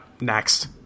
next